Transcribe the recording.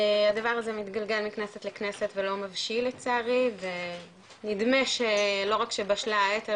הדבר הזה מתגלגל מכנסת לכנסת ולא מבשיל לצערי ונדמה לא רק שבשלה העת,